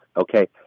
okay